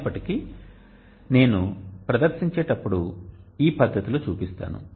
అయినప్పటికీ నేను ప్రదర్శించేటప్పుడు ఈ పద్ధతిలో చూపిస్తాను